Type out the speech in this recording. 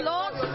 Lord